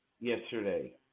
yesterday